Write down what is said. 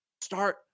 start